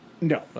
No